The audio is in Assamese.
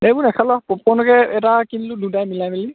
সেইবোৰ নেখালোঁ আৰু পপকৰ্ণকে এটা কিনিলো দুটাই মিলাই মিলি